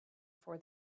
for